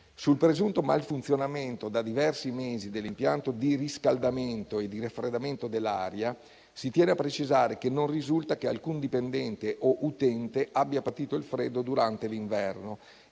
Sul presunto malfunzionamento da diversi mesi dell'impianto di riscaldamento e di raffreddamento dell'aria, si tiene a precisare che non risulta che alcun dipendente o utente abbia patito il freddo durante l'inverno.